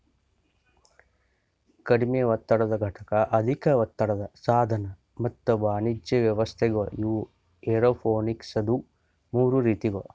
ಕಡಿಮೆ ಒತ್ತಡದ ಘಟಕ, ಅಧಿಕ ಒತ್ತಡದ ಸಾಧನ ಮತ್ತ ವಾಣಿಜ್ಯ ವ್ಯವಸ್ಥೆಗೊಳ್ ಇವು ಏರೋಪೋನಿಕ್ಸದು ಮೂರು ರೀತಿಗೊಳ್